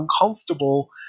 uncomfortable